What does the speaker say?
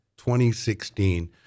2016